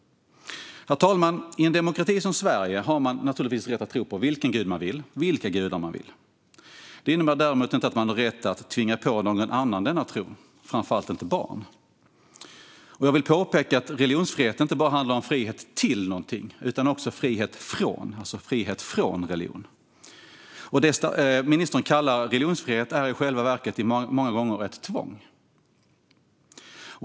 Herr talman! I en demokrati som Sverige har man naturligtvis rätt att tro på vilken gud eller vilka gudar man vill. Det innebär däremot inte att man har rätt att tvinga på någon annan denna tro, framför allt inte ett barn. Jag vill påpeka att religionsfrihet inte bara handlar om frihet till någonting utan också frihet från någonting, frihet från religion. Det ministern kallar religionsfrihet är i själva verket många gånger ett tvång.